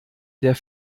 der